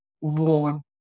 warm